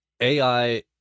AI